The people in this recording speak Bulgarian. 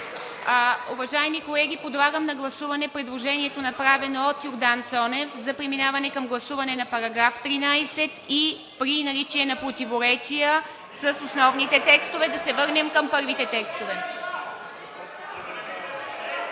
Уважаеми колеги, подлагам на гласуване предложението, направено от Йордан Цонев за преминаване към гласуване на § 13 и при наличие на противоречия с основните текстове, да се върнем към първите текстове.